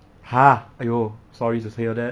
!huh! !aiyo! sorry to hear that